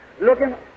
looking